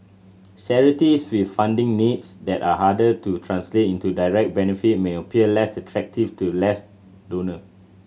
charities with funding needs that are harder to translate into direct benefit may appear less attractive to less donor